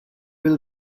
will